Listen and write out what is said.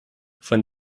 von